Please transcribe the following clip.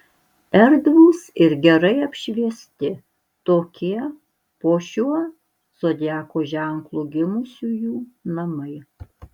erdvūs ir gerai apšviesti tokie po šiuo zodiako ženklu gimusiųjų namai